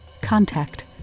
contact